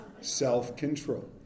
Self-control